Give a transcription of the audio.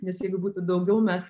nes jeigu būtų daugiau mes